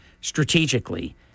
strategically